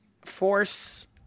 force